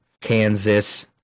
Kansas